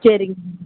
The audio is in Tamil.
சரிங்க